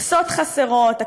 מכסות חסרות,